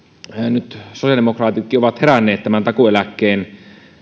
nyt sosiaalidemokraatitkin ovat heränneet tämän takuueläkkeen